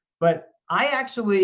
but i actually